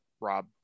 Rob